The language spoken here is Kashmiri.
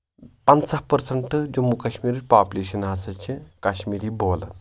پنٛژاہ پٔرسَنٹ جموں کشمیٖرٕچ پاپلیشن ہسا چھِ کشمیٖری بولان